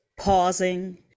pausing